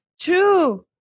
True